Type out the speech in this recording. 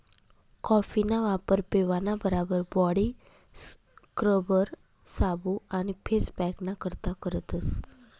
कॉफीना वापर पेवाना बराबर बॉडी स्क्रबर, साबू आणि फेस पॅकना करता करतस